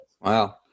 Wow